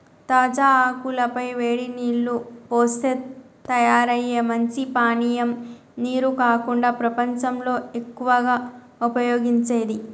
తాజా ఆకుల పై వేడి నీల్లు పోస్తే తయారయ్యే మంచి పానీయం నీరు కాకుండా ప్రపంచంలో ఎక్కువగా ఉపయోగించేది